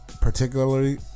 Particularly